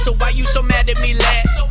so why you so mad at me last